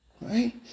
right